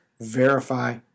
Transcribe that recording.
verify